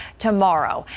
tomorrow,